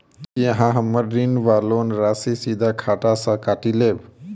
की अहाँ हम्मर ऋण वा लोन राशि सीधा खाता सँ काटि लेबऽ?